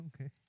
Okay